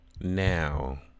Now